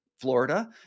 Florida